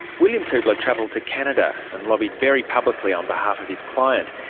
william kuebler travelled to canada and lobbied very publicly on behalf of his client,